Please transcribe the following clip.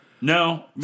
No